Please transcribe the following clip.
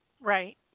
Right